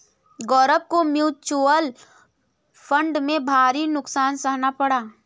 गौरव को mutual fund में भारी नुकसान सहना पड़ा